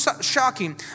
shocking